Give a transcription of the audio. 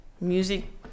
music